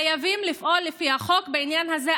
חייבים לפעול לפי החוק בעניין הזה,